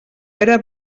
era